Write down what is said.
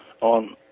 on